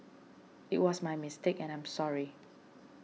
it was my mistake and I'm sorry